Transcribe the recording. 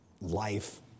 life